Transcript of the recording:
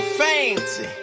fancy